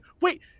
wait